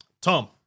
Tom